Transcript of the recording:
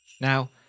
Now